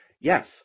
Yes